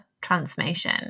transformation